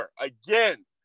again